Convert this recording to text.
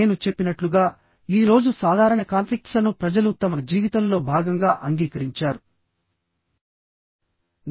నేను చెప్పినట్లుగా ఈ రోజు సాధారణ కాన్ఫ్లిక్ట్స్లను ప్రజలు తమ జీవితంలో భాగంగా అంగీకరించారు